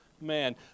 man